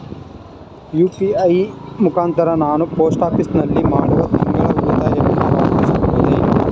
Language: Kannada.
ಯು.ಪಿ.ಐ ಮುಖಾಂತರ ನಾನು ಪೋಸ್ಟ್ ಆಫೀಸ್ ನಲ್ಲಿ ಮಾಡುವ ತಿಂಗಳ ಉಳಿತಾಯವನ್ನು ಪಾವತಿಸಬಹುದೇ?